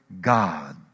God